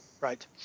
Right